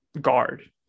guard